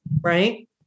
right